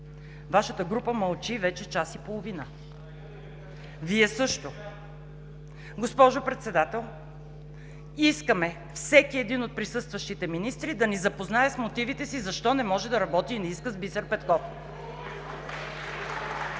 Вашата група мълчи вече час и половина, Вие – също. Госпожо Председател, искаме всеки един от присъстващите министри да ни запознае с мотивите си защо не може и не иска да работи с Бисер Петков.